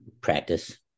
Practice